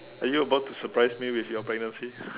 are you about to surprise me with your pregnancy